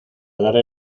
darle